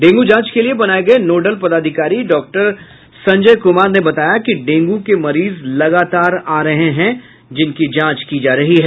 dengue जांच के लिये बनाये गये नोडल पदाधिकारी डॉक्टर संजय कुमार ने बताया कि डेंगू के मरीज लगातार आ रहे हैं जिनकी जांच की जा रही है